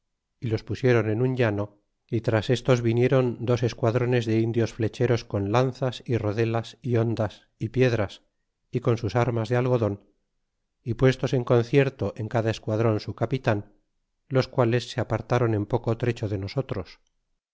y los pusieron en un llano y tras estos vinieron dos esquadrones de indios flecheros con lanzas y rodelas y hondas y piedras y con sus armas de algodon y puestos en concierto en cada esquadron su capitan los quales se apartaron en poco trecho de nosotros